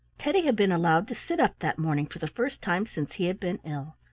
teddy had been allowed to sit up that morning for the first time since he had been ill.